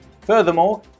Furthermore